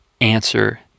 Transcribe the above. answer